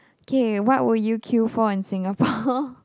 okay what would you queue for in Singapore